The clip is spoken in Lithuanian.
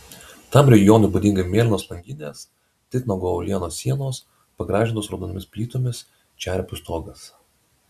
tam regionui būdinga mėlynos langinės titnago uolienos sienos pagražintos raudonomis plytomis čerpių stogas